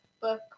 book